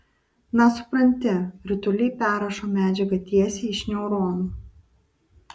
na supranti rutuliai perrašo medžiagą tiesiai iš neuronų